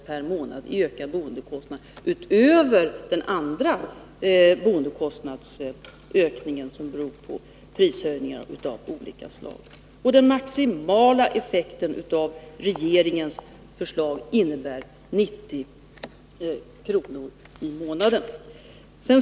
per månad i ökad boendekostnad, utöver den boendekostnadsökning som beror på prishöjningar av olika slag, medan den maximala effekten av regeringens förslag innebär 90 kr. per månad.